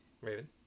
Raven